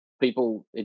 people